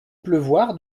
pleuvoir